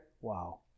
Wow